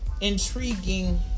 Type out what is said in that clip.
intriguing